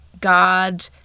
God